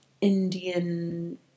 Indian